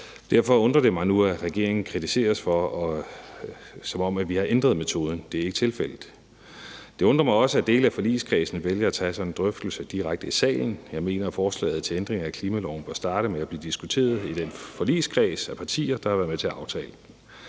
Derfor undrer det mig, at regeringen nu kritiseres, som om vi har ændret metoden. Det er ikke tilfældet. Det undrer mig også, at dele af forligskredsen vælger at tage sådan en drøftelse direkte i salen. Jeg mener, at forslaget til ændring af klimaloven bør starte med at blive diskuteret i den forligskreds af partier, der er har været med til at aftale den.